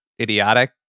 idiotic